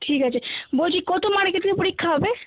ঠিক আছে বলছি কত মার্কের পরীক্ষা হবে